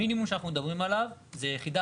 המינימום שאנחנו מדברים עליו זה יחידה